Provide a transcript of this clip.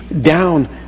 down